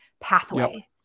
pathway